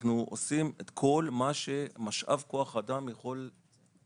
אנחנו עושים את כל מה שמשאב כוח אדם יכול להניב.